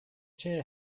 chair